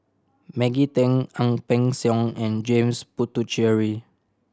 Maggie Teng Ang Peng Siong and James Puthucheary